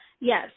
Yes